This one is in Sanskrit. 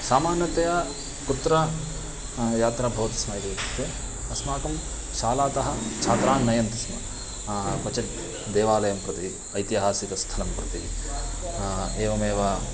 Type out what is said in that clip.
सामान्यतया कुत्र यात्रा भवति स्म इति युक्ते अस्माकं शालातः छात्रान् नयन्ति स्म क्वचित् देवालयं प्रति ऐतिहासिकस्थलं प्रति एवमेव